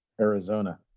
Arizona